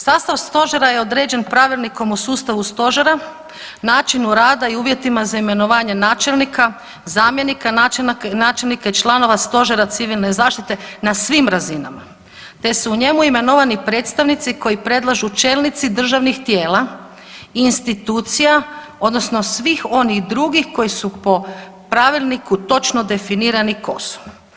Sastav stožera je određen Pravilnikom o sustavu stožera, načinu rada i uvjetima za imenovanje načelnika, zamjenika načelnika i članova Stožera civilne zaštite na svim razinama te su u njemu imenovani predstavnici koji predlažu čelnici državnih tijela i institucija odnosno svih onih drugih koji su po pravilniku točno definirani ko su.